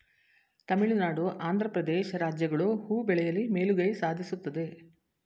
ತಮಿಳುನಾಡು, ಆಂಧ್ರ ಪ್ರದೇಶ್ ರಾಜ್ಯಗಳು ಹೂ ಬೆಳೆಯಲಿ ಮೇಲುಗೈ ಸಾಧಿಸುತ್ತದೆ